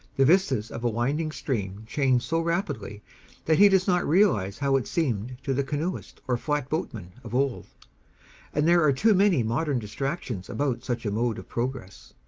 the vistas of a winding stream change so rapidly that he does not realize how it seemed to the canoeist or flatboatman of old and there are too many modern distractions about such a mode of progress.